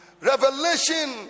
revelation